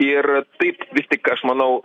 ir taip tik aš manau